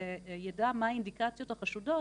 שידע מה האינדיקציות החשודות,